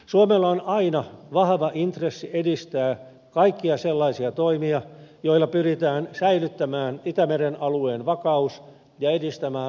suomella on aina vahva intressi edistää kaikkia sellaisia toimia joilla pyritään säilyttämään itämeren alueen vakaus ja edistämään rauhanomaista yhteistyötä